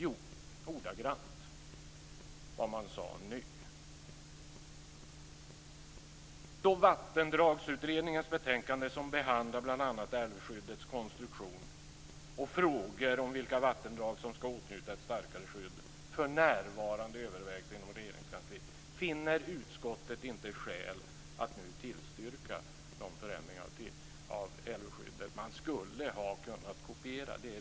Jo, ordagrant vad man sade nu. Då Vattendragsutredningens betänkande som behandlar bl.a. älvskyddets konstruktion och frågor om vilka vattendrag som ska åtnjuta ett starkare skydd för närvarande övervägs inom Regeringskansliet finner utskottet inte skäl att nu tillstyrka förändringar av älvskyddet. Man skulle ha kunnat kopiera detta.